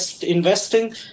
investing